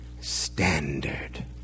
standard